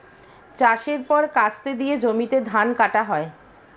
চাষের পর কাস্তে দিয়ে জমিতে ধান কাটা হয়